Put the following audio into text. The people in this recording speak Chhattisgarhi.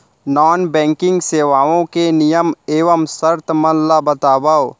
नॉन बैंकिंग सेवाओं के नियम एवं शर्त मन ला बतावव